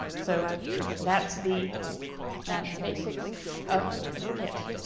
so that's the basics of of the kit.